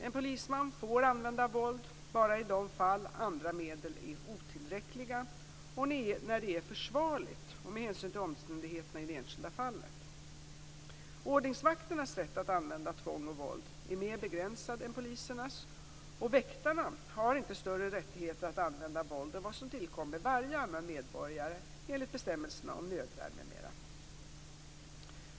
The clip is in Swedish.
En polisman får använda våld bara i de fall andra medel är otillräckliga och när det är försvarligt med hänsyn till omständigheterna i det enskilda fallet. Ordningsvakternas rätt att använda tvång och våld är mer begränsad än polisernas, och väktarna har inte större rättigheter att använda våld än vad som tillkommer varje annan medborgare enligt bestämmelserna om nödvärn m.m.